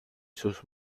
sus